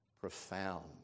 profound